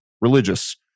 religious